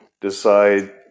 decide